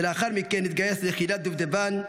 ולאחר מכן התגייס ליחידת דובדבן,